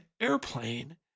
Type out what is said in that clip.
airplane